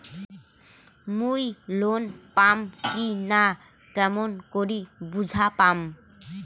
মুই লোন পাম কি না কেমন করি বুঝা পাম?